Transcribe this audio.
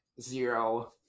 zero